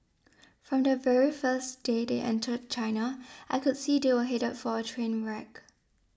from the very first day they entered China I could see they were headed for a train wreck